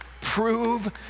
Prove